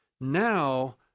now